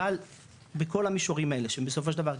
אבל בכל המישורים האלה שהם בסופו של דבר,